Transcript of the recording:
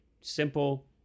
simple